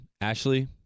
Ashley